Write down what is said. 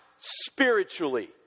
spiritually